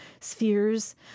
spheres